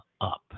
up